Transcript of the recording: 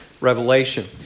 Revelation